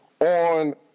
on